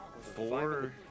Four